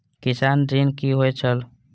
किसान ऋण की होय छल?